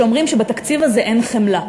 שאומרים שבתקציב הזה אין חמלה.